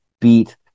beat